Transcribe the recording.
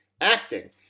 acting